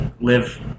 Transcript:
live